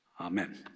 Amen